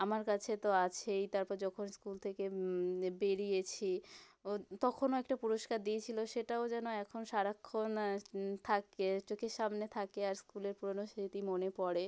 আমার কাছে তো আছেই তারপর যখন স্কুল থেকে বেরিয়েছি ও তখনো একটা পুরস্কার দিয়েছিলো সেটাও যেন এখন সারাক্ষণ থাকে চোখের সামনে থাকে আর স্কুলের পুরোনো স্মৃতি মনে পড়ে